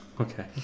Okay